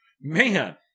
Man